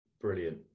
Brilliant